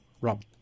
Rob